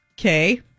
Okay